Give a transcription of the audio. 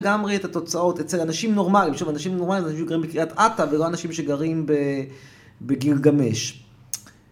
גם ראה את התוצאות אצל אנשים נורמליים. עכשיו, אנשים נורמליים זה אנשים שגרים בקריאת אתה, ולא אנשים שגרים בגילגמש.